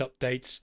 updates